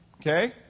Okay